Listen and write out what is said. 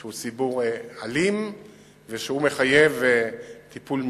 שהוא ציבור אלים ושהוא מחייב טיפול מיוחד.